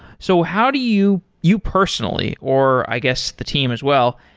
so how do you, you personally, or i guess the team as well,